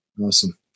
Awesome